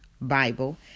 Bible